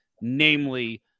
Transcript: namely